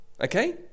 Okay